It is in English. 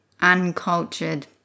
Uncultured